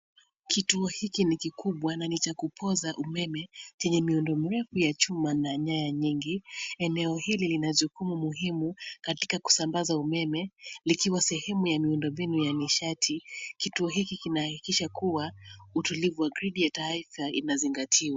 Kituo hiki ni kikubwa na ni cha kupoza umeme chenye miundo mirefu ya chuma na nyaya nyingi. Eneo hili lina jukumu muhimu katika kusambaza umeme likiwa sehemu ya miundombinu ya nishati. Kituo hiki kinahakikisha kuwa utulivu wa gridi ya taifa unazingatiwa